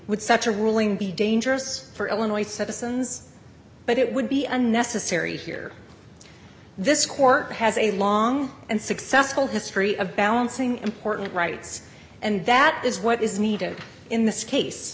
would such a ruling be dangerous for illinois citizens but it would be unnecessary here this court has a long and successful history of balancing important rights and that is what is needed in this case